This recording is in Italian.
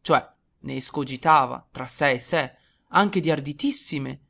cioè ne escogitava tra sé e sé anche di arditissime